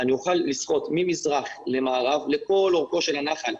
אני אוכל לשחות ממזרח למערב לכל אורכו של הנחל,